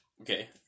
Okay